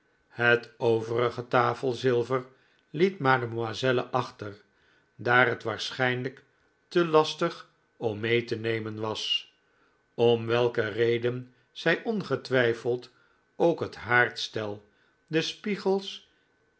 het overige tafelzilver liet mademoiselle achter daar het waarschijnlijk te lastig om mee te nemen was om welke reden zij ongetwijfeld ook het haardstel de spiegels